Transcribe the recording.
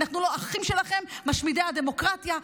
אנחנו לא אחים שלכם, משמידי הדמוקרטיה.